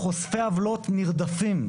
חושפי עוולות נרדפים.